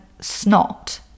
snot